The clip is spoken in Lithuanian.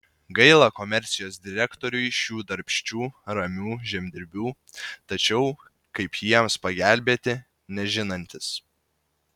gaila komercijos direktoriui šių darbščių ramių žemdirbių tačiau kaip jiems pagelbėti nežinantis